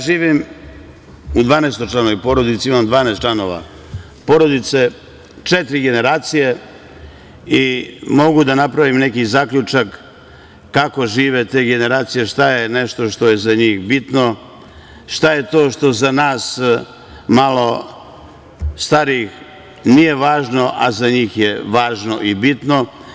Živim u dvanaestočlanoj porodici, imam dvanaest članova porodice, četiri generacije, i mogu da napravim neki zaključak kako žive te generacije, šta je nešto što je za njih bitno, šta je to što za nas malo starije nije važno, a za njih je važno i bitno.